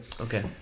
Okay